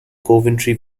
coventry